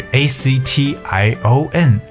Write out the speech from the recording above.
action